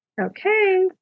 Okay